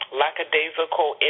lackadaisical